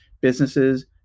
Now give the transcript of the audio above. businesses